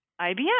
IBM